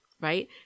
right